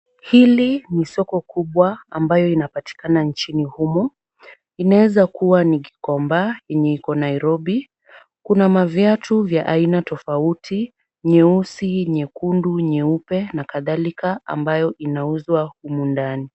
Hili ni soko kubwa ambayo inapatikana nchini humu. Inaweza kuwa ni Gikomba yenye iko Nairobi. Kuna maviatu vya aina tofauti; nyeusi, nyekundu, nyeupe na kadhalika ambayo inauzwa humu ndani.